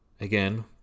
again